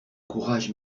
courage